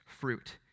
fruit